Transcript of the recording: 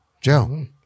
Joe